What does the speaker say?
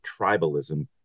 tribalism